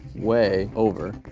way over